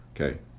okay